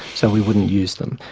so we wouldn't use them.